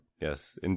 yes